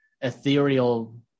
ethereal